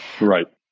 Right